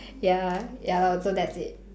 ya ya well so that's it